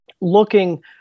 looking